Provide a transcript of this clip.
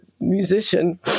musician